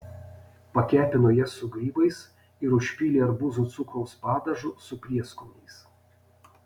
pakepino jas su grybais ir užpylė arbūzų cukraus padažu su prieskoniais